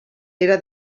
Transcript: era